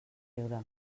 riure